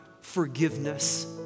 forgiveness